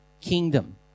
kingdom